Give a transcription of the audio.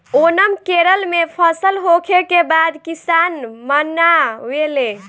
ओनम केरल में फसल होखे के बाद किसान मनावेले